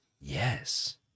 Yes